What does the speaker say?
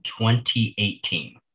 2018